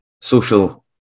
social